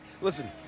Listen